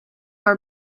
her